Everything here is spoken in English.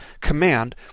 command